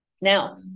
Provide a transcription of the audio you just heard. Now